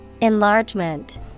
Enlargement